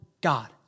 God